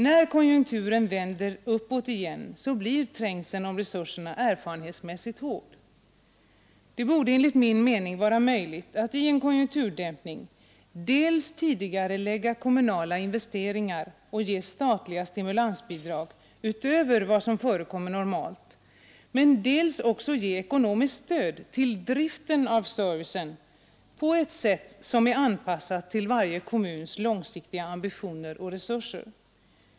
När konjunkturen vänder uppåt igen, blir trängseln om resurserna erfarenhetsmässigt hård. Det borde enligt min mening vara möjligt att i en konjunkturdämpning dels tidigarelägga kommunala investeringar och ge statliga stimulansbidrag utöver vad som förekommer normalt, dels också ge ekonomiskt stöd till driften av servicen på ett sätt som är anpassat till varje kommuns långsiktiga ambitioner och resurser.